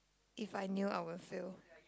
if I knew I will fail